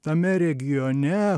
tame regione